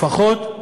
לפחות,